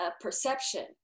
perception